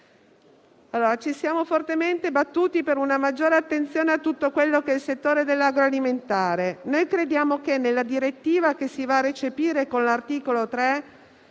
Ci siamo fortemente battuti per una maggiore attenzione a tutto il settore dell'agroalimentare; noi crediamo che, nella direttiva che si va a recepire con l'articolo 3,